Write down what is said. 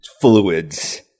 fluids